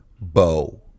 bow